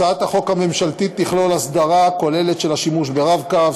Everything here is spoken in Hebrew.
הצעת החוק הממשלתית תכלול הסדרה כוללת של השימוש ב"רב-קו",